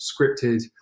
scripted